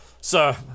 sir